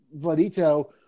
Vladito